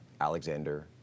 Alexander